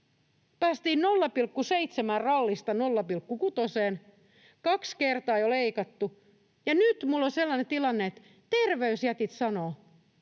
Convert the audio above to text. Päästiin 0,7:n rallista 0,6:een, kaksi kertaa on jo leikattu, ja nyt minulla on sellainen tilanne, että terveysjätit sanovat,